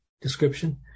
description